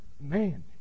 man